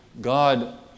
God